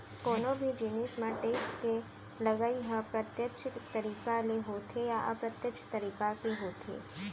कोनो भी जिनिस म टेक्स के लगई ह प्रत्यक्छ तरीका ले होथे या अप्रत्यक्छ तरीका के होथे